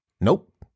Nope